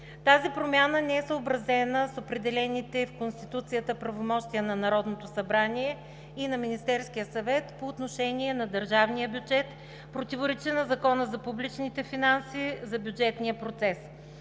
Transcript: Тази промяна не е съобразена с определените в Конституцията правомощия на Народното събрание и на Министерския съвет по отношение на държавния бюджет и противоречи на Закона за публичните финанси за бюджетния процес.